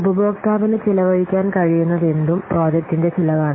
ഉപഭോക്താവിന് ചെലവഴിക്കാൻ കഴിയുന്നതെന്തും പ്രോജക്ടിന്റെ ചിലവാണ്